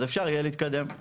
אז אפשר יהיה להתקדם.